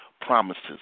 promises